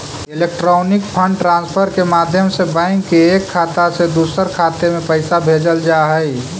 electronic fund transfer के माध्यम से बैंक के एक खाता से दूसर खाते में पैइसा भेजल जा हइ